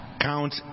count